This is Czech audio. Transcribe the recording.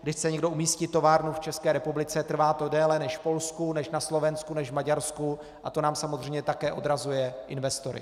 Když chce někdo umístit továrnu v České republice, trvá to déle než v Polsku, než na Slovensku, než v Maďarsku a to nám samozřejmě také odrazuje investory.